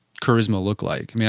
charisma look like?